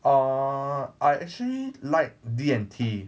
err I actually like D&T